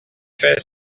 fait